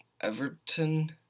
Everton